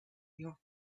your